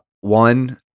one